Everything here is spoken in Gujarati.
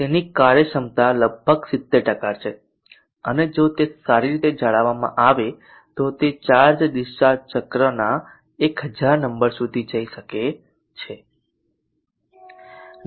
તેની કાર્યક્ષમતા લગભગ 70 છે અને જો તે સારી રીતે જાળવવામાં આવે તો તે ચાર્જ ડિસ્ચાર્જ ચક્રના 1000 નંબર સુધી જઈ શકે છે